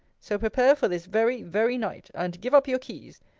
so prepare for this very very night. and give up your keys.